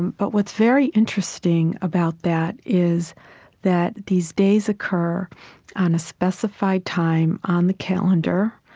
but what's very interesting about that is that these days occur on a specified time on the calendar.